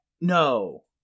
No